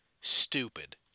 stupid